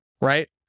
right